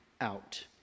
out